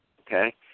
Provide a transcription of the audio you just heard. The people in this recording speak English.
okay